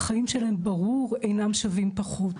ברור שהחיים שלהן אינם שווים פחות,